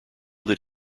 that